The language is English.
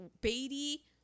Beatty